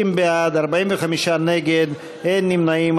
60 בעד, 45 נגד, אין נמנעים.